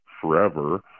forever